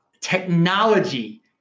technology